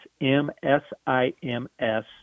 M-S-I-M-S